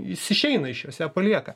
jis išeina iš jos ją palieka